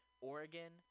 Oregon